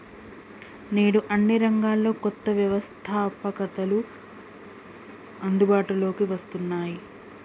నేడు అన్ని రంగాల్లో కొత్త వ్యవస్తాపకతలు అందుబాటులోకి వస్తున్నాయి